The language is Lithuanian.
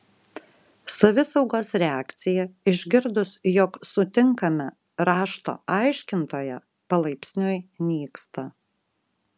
savisaugos reakcija išgirdus jog sutinkame rašto aiškintoją palaipsniui nyksta